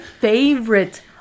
favorite